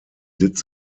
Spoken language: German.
sitz